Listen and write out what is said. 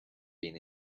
been